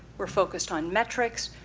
we're focused on metrics.